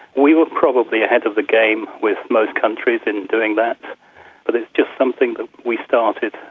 we were probably ahead of the game with most countries in doing that, but it's just something that we started,